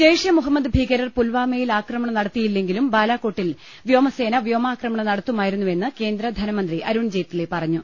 ജയ്ഷെ മുഹമ്മദ് ഭീകരർ പുൽവാമയിൽ ആക്രമണം നടത്തിയി ല്ലെങ്കിലും ബലാകോട്ടിൽ വ്യോമസേന വ്യോമാക്രമണം നടത്തു മായിരുന്നുവെന്ന് കേന്ദ്ര ധനമന്ത്രി അരുൺ ജയ്റ്റ്ലി പറഞ്ഞു